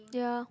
yeah